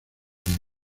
días